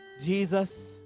Jesus